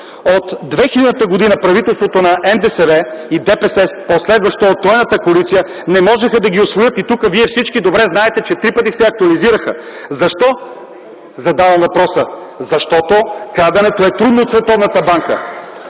от 2000 г. правителството на НДСВ и ДПС, последвано от тройната коалиция, не можаха да ги усвоят, и тука вие всички добре знаете, че три пъти се актуализираха. Защо? Защо задавам въпроса? Защото краденето е трудно от Световната банка.